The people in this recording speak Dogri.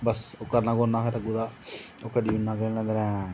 ते ओह् करना फिर असें ओह् करी ओड़ना